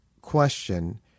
question